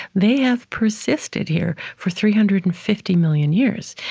they have persisted here for three hundred and fifty million years.